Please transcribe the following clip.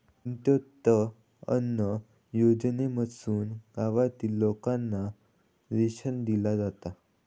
अंत्योदय अन्न योजनेमधसून गावातील लोकांना रेशन दिला जाता